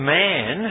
man